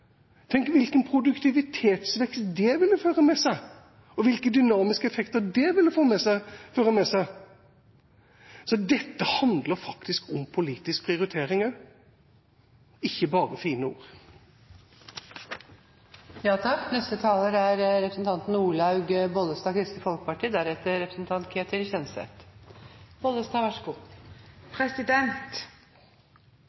Tenk hvilken produktivitetsvekst det ville føre med seg, og hvilke dynamiske effekter det ville føre med seg! Så dette handler faktisk om politisk prioritering også, ikke bare om fine ord. Overvekt hos barn og unge er